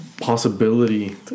possibility